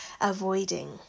avoiding